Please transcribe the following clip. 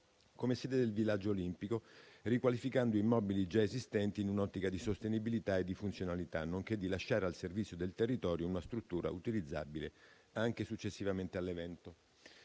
come sede del villaggio olimpico, riqualificando gli immobili già esistenti in un'ottica di sostenibilità e di funzionalità, nonché di lasciare al servizio del territorio una struttura utilizzabile anche successivamente all'evento.